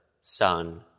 son